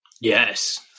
Yes